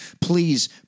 please